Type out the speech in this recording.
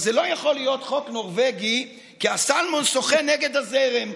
ארגון סיוע כנסייתי שבדי,